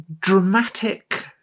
dramatic